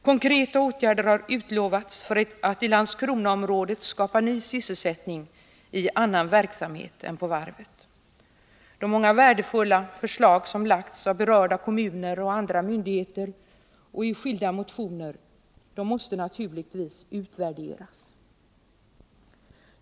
Konkreta åtgärder har utlovats för att i Landskronaområdet skapa ny sysselsättning i annan verksamhet än på varvet. De många värdefulla förslag som lagts fram av berörda kommuner och andra myndigheter och i skilda motioner måste naturligtvis utvärderas.